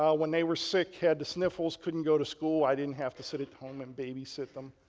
ah when they were sick, had the sniffles, couldn't go to school. i didn't have to sit at home and babysit them.